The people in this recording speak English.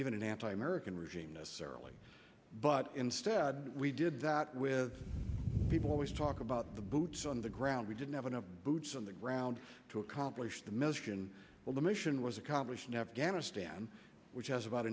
even an anti american regime necessarily but instead we did that with people always talk about the boots on the ground we didn't have enough boots on the ground to accomplish the mission of the mission was accomplished in afghanistan which has about